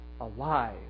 alive